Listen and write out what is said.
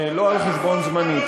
לא על חשבון זמני.